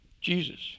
Jesus